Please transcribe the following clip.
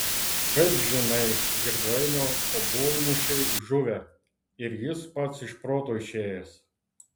kaip žinai girdvainio obuolmušiai žuvę ir jis pats iš proto išėjęs